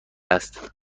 است